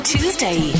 Tuesday